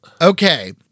Okay